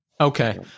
Okay